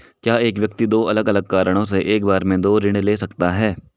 क्या एक व्यक्ति दो अलग अलग कारणों से एक बार में दो ऋण ले सकता है?